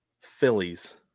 Phillies